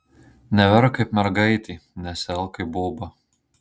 neverk kaip mergaitė nesielk kaip boba